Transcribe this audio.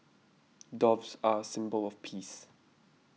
doves are a symbol of peace